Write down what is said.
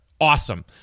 Awesome